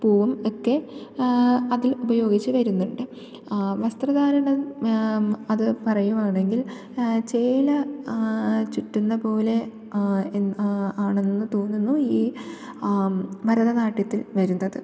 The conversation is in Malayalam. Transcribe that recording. പൂവും ഒക്കെ അതിൽ ഉപയോഗിച്ചു വരുന്നുണ്ട് വസ്ത്രധാരണം അത് പറയുവാണെങ്കിൽ ചേല ചുറ്റുന്ന പോലെ ആണെന്ന് തോന്നുന്നു ഈ ഭരതനാട്യത്തിൽ വരുന്നത്